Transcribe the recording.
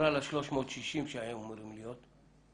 בגורל ה-360 שהיו אמורים להיות?